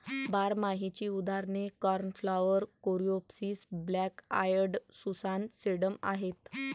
बारमाहीची उदाहरणे cornflower, coreopsis, black eyed Susan, sedum आहेत